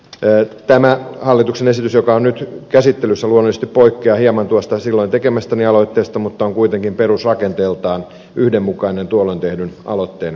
tämä hallituksen esitys joka on nyt käsittelyssä luonnollisesti poikkeaa hieman tuosta silloin tekemästäni aloitteesta mutta on kuitenkin perusrakenteeltaan yhdenmukainen tuolloin tehdyn aloitteen kanssa